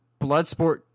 Bloodsport